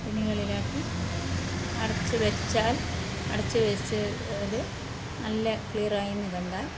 ടിന്നുകളിലാക്കി അടച്ച് വെച്ചാൽ അടച്ച് വെച്ചാൽ നല്ല ക്ലിയറായിയെന്ന് കണ്ടാൽ